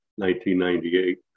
1998